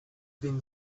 been